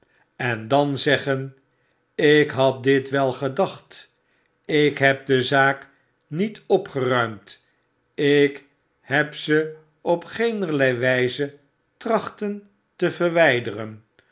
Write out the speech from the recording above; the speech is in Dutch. en dan zeggen ik had dit wel gedacht ik heb de zaak niet opgeruimd ik heb ze op geenerlei wijze trachten te verwyderen